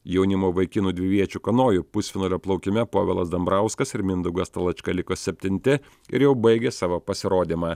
jaunimo vaikinų dviviečių kanojų pusfinalio plaukime povilas dambrauskas ir mindaugas talačka liko septinti ir jau baigė savo pasirodymą